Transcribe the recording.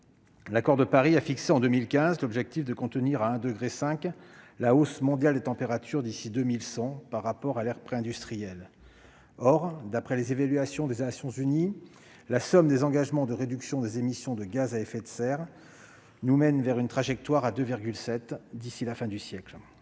L'accord de Paris a fixé en 2015 l'objectif de contenir à 1,5 degré Celsius la hausse mondiale des températures d'ici à 2100 par rapport à l'ère préindustrielle. Or, d'après les évaluations des Nations unies, la somme des engagements de réduction des émissions de gaz à effet de serre des États nous conduit vers une trajectoire de 2,7 degrés d'ici à la fin du siècle